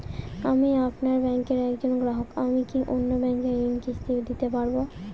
আমি আপনার ব্যাঙ্কের একজন গ্রাহক আমি কি অন্য ব্যাঙ্কে ঋণের কিস্তি দিতে পারবো?